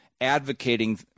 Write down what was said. advocating